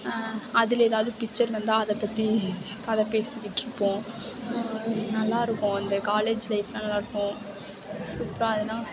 அதில் ஏதாவது பிக்சர் வந்தால் அதை பற்றி கதை பேசிக்கிட்டு இருப்போம் நல்லா இருக்கும் அந்த காலேஜ் லைஃப் நல்லா இருக்கும் சூப்பராக அதலாம்